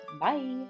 Bye